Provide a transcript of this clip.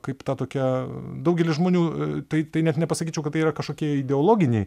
kaip ta tokia daugelis žmonių tai tai net nepasakyčiau kad tai yra kažkokie ideologiniai